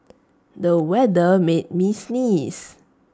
the weather made me sneeze